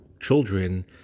children